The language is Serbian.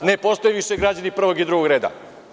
Ne postoje više građani prvog i drugog reda.